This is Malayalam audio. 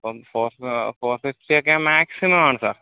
അപ്പം ഫോർ ഫോർ ഫിഫ്റ്റി ഒക്കെയാണ് മാക്സിമാണ് സാർ